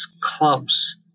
clubs